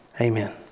Amen